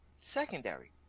secondary